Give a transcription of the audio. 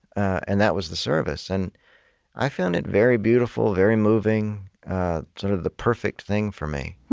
and that was the service. and i found it very beautiful, very moving sort of the perfect thing, for me